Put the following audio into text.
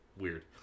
Weird